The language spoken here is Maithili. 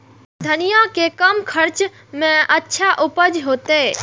धनिया के कम खर्चा में अच्छा उपज होते?